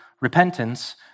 repentance